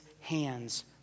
hands